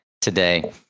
today